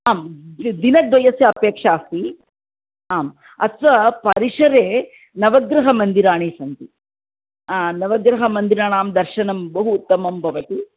आं दि दिनद्वयस्य अपेक्षा अस्ति आम् अत्र परिसरे नवग्रहमन्दिराणि सन्ति नवग्रहमन्दिराणां दर्शनं बहु उत्तमं भवति